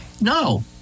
no